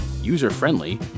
user-friendly